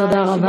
תודה רבה.